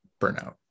burnout